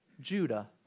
Judah